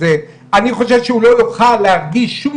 אני חושב שהוא לא יוכל להרגיש שום